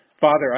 Father